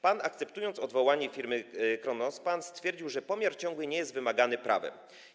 Pan, akceptując odwołanie firmy Kronospan, stwierdził, że pomiar ciągły nie jest wymagany prawem.